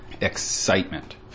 excitement